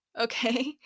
okay